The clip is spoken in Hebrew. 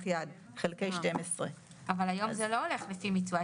יד חלקי 12. אבל היום זה לא הולך לפי מיצוע.